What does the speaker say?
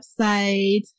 website